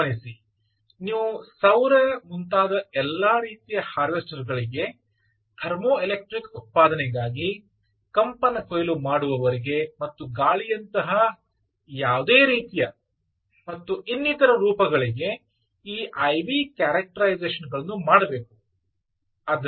ಗಮನಿಸಿ ನೀವು ಸೌರ ಮುಂತಾದ ಎಲ್ಲಾ ರೀತಿಯ ಹಾರ್ವೆಸ್ಟರ್ ರಿಗೆ ಥರ್ಮೋಎಲೆಕ್ಟ್ರಿಕ್ ಉತ್ಪಾದನೆಗಾಗಿ ಕಂಪನ ಕೊಯ್ಲು ಮಾಡುವವರಿಗೆ ಮತ್ತು ಗಾಳಿಯಂತಹ ಯಾವುದೇ ರೀತಿಯ ಮತ್ತು ಇನ್ನಿತರ ರೂಪಗಳಿಗೆ ಈ IV ಕ್ಯಾರೆಕ್ಟರೈಸೇಶನ್ ಗಳನ್ನು ಮಾಡಬೇಕು